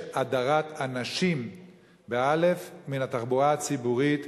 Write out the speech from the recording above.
יש הדרת אנשים מן התחבורה הציבורית,